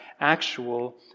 actual